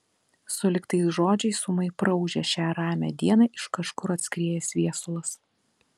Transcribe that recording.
sulig tais žodžiais ūmai praūžė šią ramią dieną iš kažkur atskriejęs viesulas